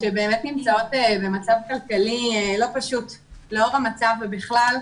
שבאמת נמצאות במצב כלכלי לא פשוט לאור המצב ובכלל.